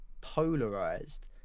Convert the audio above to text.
polarized